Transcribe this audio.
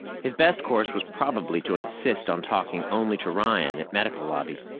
his best course was probably to insist on talking only to ryan at medical lobby,